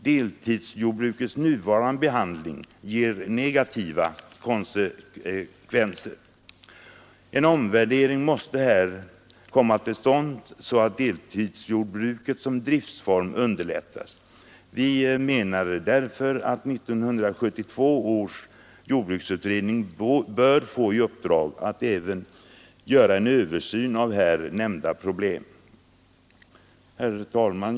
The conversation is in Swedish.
Deltidsjordbrukets nuvarande behandling medför negativa konsekvenser. En omvärdering måste här komma till stånd så att deltidsjordbruket såsom driftsform underlättas. Vi menar därför att 1972 års jordbruksutredning bör få i uppdrag att även göra en översyn av här nämnda problem. Herr talman!